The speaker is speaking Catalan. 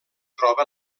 troba